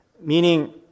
Meaning